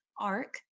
arc